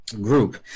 group